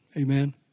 Amen